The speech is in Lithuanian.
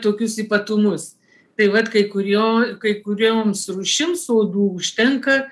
tokius ypatumus tai vat kai kurio kai kurioms rūšims uodų užtenka